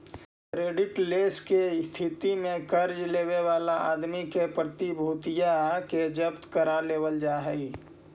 creditless के स्थिति में कर्ज लेवे वाला आदमी के प्रतिभूतिया के जब्त कर लेवल जा हई